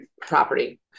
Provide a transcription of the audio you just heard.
property